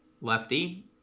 lefty